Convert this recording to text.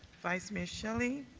vice mayor shelley.